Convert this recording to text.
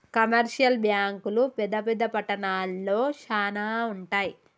commercial బ్యాంకులు పెద్ద పెద్ద పట్టణాల్లో శానా ఉంటయ్